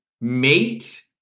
mate